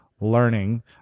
learning